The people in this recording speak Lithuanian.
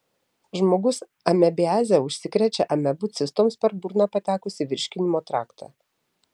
žmogus amebiaze užsikrečia amebų cistoms per burną patekus į virškinimo traktą